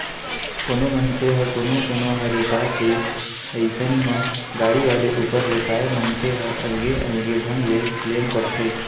कोनो मनखे म कोनो कोनो ह रेता गे अइसन म गाड़ी वाले ऊपर रेताय मनखे ह अलगे अलगे ढंग ले क्लेम करथे